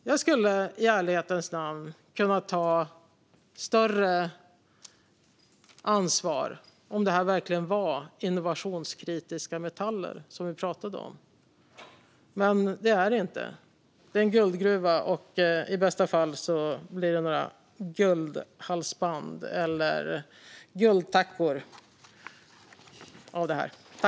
Jag skulle i ärlighetens namn kunna ta större ansvar om det var innovationskritiska metaller vi pratade om, men det är det inte. Det är en guldgruva, och i bästa fall blir det några guldhalsband eller guldtackor av detta.